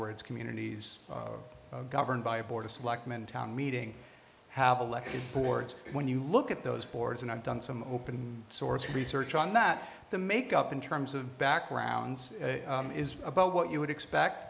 words communities governed by a board of selectmen town meeting have election boards when you look at those boards and i've done some open source research on that the make up in terms of backgrounds is about what you would expect